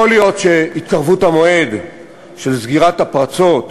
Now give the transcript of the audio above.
יכול להיות שהתקרבות המועד של סגירת הפרצות,